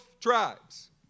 tribes